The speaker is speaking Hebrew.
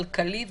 כלכלי ובריאותי.